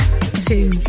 two